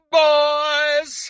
boys